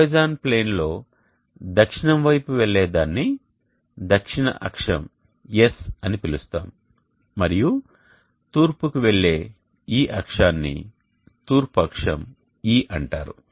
horizon ప్లేన్లో దక్షిణం వైపుకు వెళ్లే దానిని దక్షిణ అక్షం S అని పిలుస్తాము మరియు తూర్పుకు వెళ్లే ఈ అక్షాన్ని తూర్పు అక్షం E అంటారు